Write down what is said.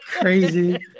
crazy